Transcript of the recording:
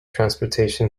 transportation